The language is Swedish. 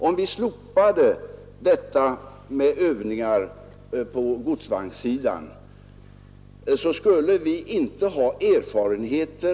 Om vi slopade detta med övningar på godsvagnssidan, så skulle vi inte ha erfarenheter.